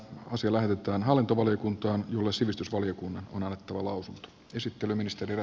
asia lähetetään hallintovaliokuntaan jolle sivistysvaliokunnan on annettava lausunto